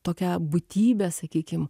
tokia būtybė sakykim